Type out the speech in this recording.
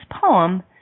poem